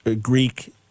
Greek